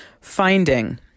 Finding